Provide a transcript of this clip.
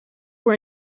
were